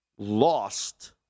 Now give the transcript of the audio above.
lost